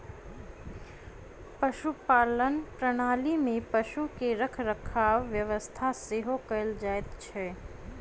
पशुपालन प्रणाली मे पशु के रखरखावक व्यवस्था सेहो कयल जाइत छै